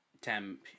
Temp